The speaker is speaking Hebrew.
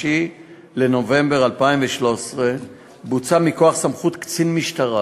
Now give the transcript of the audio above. בנובמבר 2013 בוצע מכוח סמכות קצין משטרה,